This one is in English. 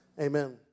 Amen